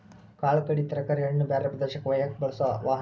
ಕಾಳ ಕಡಿ ತರಕಾರಿ ಹಣ್ಣ ಬ್ಯಾರೆ ಪ್ರದೇಶಕ್ಕ ವಯ್ಯಾಕ ಬಳಸು ವಾಹನಾ